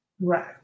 right